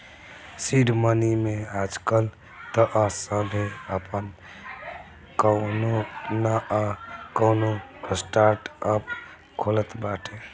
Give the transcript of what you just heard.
seed money में आजकाल तअ सभे आपन कवनो नअ कवनो स्टार्टअप खोलत बाटे